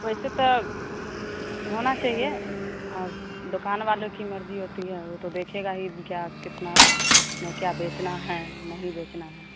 वैसे तब होना चाहिए अब दुकान वालों की मर्ज़ी होती है ऊ तो देखेगा ही क्या कितना में क्या बेचना है नहीं बेचना है